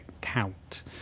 count